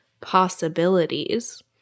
Possibilities